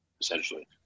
essentially